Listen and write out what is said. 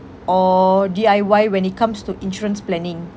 or D_I_Y when it comes to insurance planning